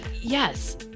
Yes